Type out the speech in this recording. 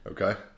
Okay